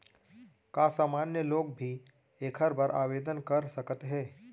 का सामान्य लोग भी एखर बर आवदेन कर सकत हे?